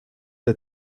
der